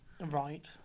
Right